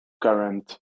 current